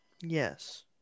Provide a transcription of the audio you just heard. Yes